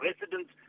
residents